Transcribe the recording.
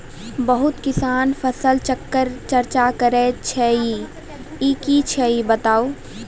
बहुत किसान फसल चक्रक चर्चा करै छै ई की छियै बताऊ?